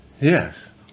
Yes